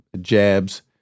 jabs